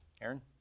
Aaron